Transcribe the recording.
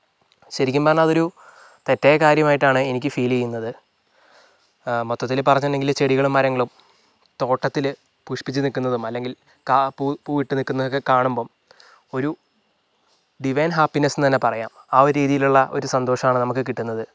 ശെരിക്കും പറഞ്ഞാൽ അതൊരു തെറ്റായ കാര്യമായിട്ടാണ് എനിക്ക് ഫീൽ ചെയ്യുന്നത് മൊത്തത്തിൽ പറയുകയാണെങ്കിൽ ചെടികളും മരങ്ങളും തോട്ടത്തില് പുഷ്പിച്ചു നിക്കുന്നതും അല്ലെങ്കിൽ കാ പൂ പൂവിട്ടു നിൽക്കുന്നതൊക്കെ കാണുമ്പം ഒരു ഡിവൈൻ ഹാപ്പിനെസ്സ് എന്ന് തന്നെ പറയാം ആ ഒരു രീതിയിലുള്ള ഒരു സന്തോഷമാണ് നമുക്ക് കിട്ടുന്നത്